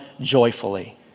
joyfully